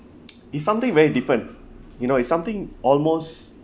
it's something very different you know it's something almost